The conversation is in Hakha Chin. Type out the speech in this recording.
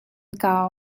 kau